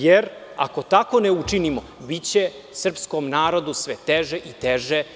Jer, ako tako ne učinimo, biće srpskom narodu sve teže i teže.